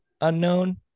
unknown